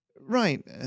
Right